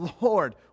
Lord